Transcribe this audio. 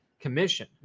commission